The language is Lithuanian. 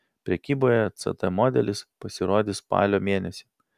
prekyboje ct modelis pasirodys spalio mėnesį